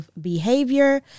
behavior